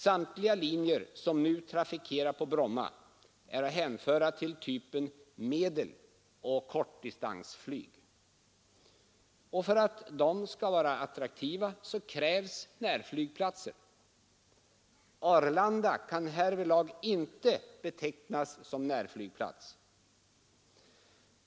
Samtliga linjer som nu trafikerar Bromma är att hänföra till typen medeloch kortdistansflyg, och för att dessa skall vara attraktiva krävs närflygplatser. Arlanda kan härvidlag inte betecknas som närflygplats.